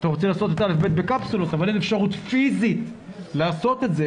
רוצים לעשות את א'-ב' בקפסולות אבל אין אפשרות פיזית לעשות את זה,